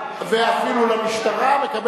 7 והוראת שעה) (שירות במשטרה ושירות מוכר)